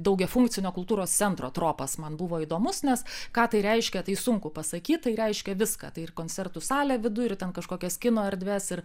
daugiafunkcinio kultūros centro tropas man buvo įdomus nes ką tai reiškia tai sunku pasakyt tai reiškia viską tai ir koncertų salę viduj ir ten kažkokias kino erdves ir